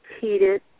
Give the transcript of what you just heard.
heated